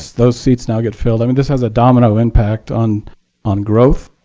those seats now get filled. i mean, this has a domino impact on on growth.